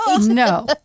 no